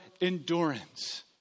endurance